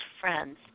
friends